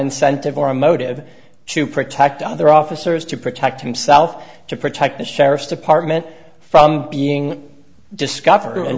incentive or a motive to protect other officers to protect himself to protect the sheriff's department from being discovered and